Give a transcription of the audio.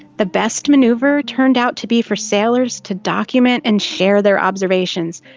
the best manoeuver turned out to be for sailors to document and share their observations,